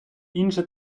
інша